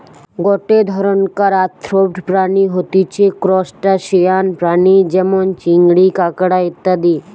গটে ধরণকার আর্থ্রোপড প্রাণী হতিছে ত্রুসটাসিয়ান প্রাণী যেমন চিংড়ি, কাঁকড়া ইত্যাদি